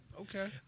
okay